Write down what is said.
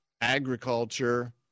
agriculture